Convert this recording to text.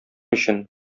өчен